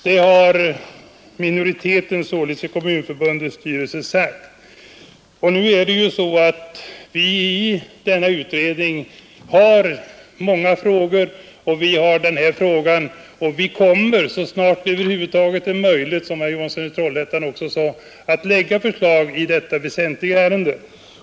Detta innefattas också i utskottets betänkande. Vi i utredningen om den kommunala demokratin har många frågor att behandla, och vi har alltså även denna fråga att ta ställning till. Vi kommer — som herr Johansson i Trollhättan också sade — att så snart det över huvud taget är möjligt framlägga förslag i detta väsentliga ärende.